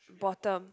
bottom